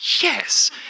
yes